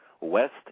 West